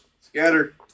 scatter